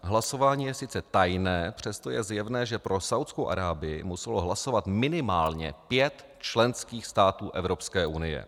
Hlasování je sice tajné, přesto je zjevné, že pro Saúdskou Arábii muselo hlasovat minimálně pět členských států Evropské unie.